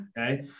Okay